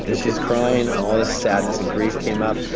and she's crying. all this sadness and grief came up,